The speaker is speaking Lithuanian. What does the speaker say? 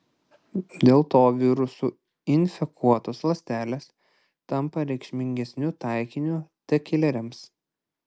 dėl to virusų infekuotos ląstelės tampa reikšmingesniu taikiniu t kileriams